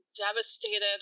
devastated